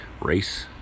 Race